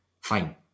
fine